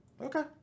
Okay